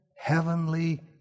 Heavenly